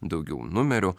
daugiau numerių